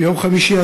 ביום חמישי,